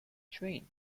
train